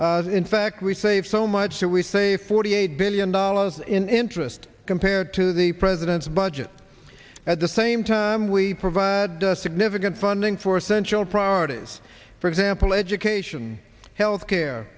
line in fact we save so much that we say forty eight billion dollars in interest compared to the president's budget at the same time we provide significant funding for essential priorities for example education health care